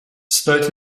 sluit